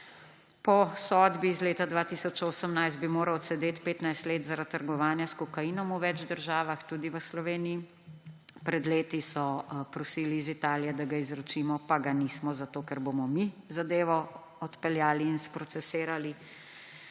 Po sodbi iz leta 2018 bi moral odsedeti 15 let zaradi trgovanja s kokainom v več državah, tudi v Sloveniji. Pred leti so prosili iz Italije, da ga izročimo, pa ga nismo zato, ker bomo mi zadevo odpeljali in sprocesirali,